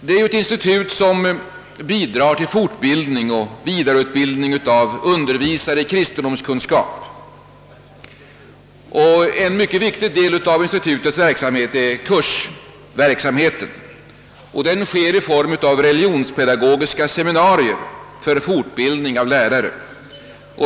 Det är ett institut som bidrar till fortbildning och vidareutbildning av undervisare i kristendomskunskap. En mycket viktig del av institutets kursverksamhet utgör de religionspedagogiska seminarierna för fortbildning av lärare.